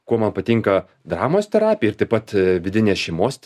kuo man patinka dramos terapija ir taip pat vidinė šeimos t